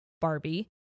Barbie